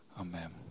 amen